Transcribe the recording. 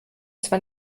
zwar